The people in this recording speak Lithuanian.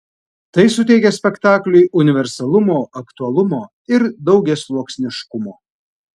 tai suteikia spektakliui universalumo aktualumo ir daugiasluoksniškumo